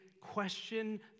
question